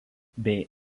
bei